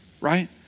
right